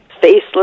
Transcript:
faceless